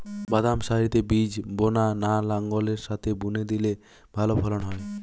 বাদাম সারিতে বীজ বোনা না লাঙ্গলের সাথে বুনে দিলে ভালো ফলন হয়?